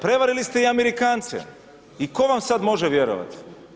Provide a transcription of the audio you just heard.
Prevarili ste i Amerikance i ko vam sad može vjerovati.